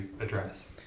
address